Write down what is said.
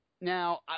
now